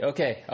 Okay